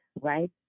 right